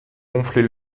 gonfler